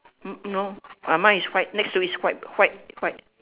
hmm no mine is white next to it is white white white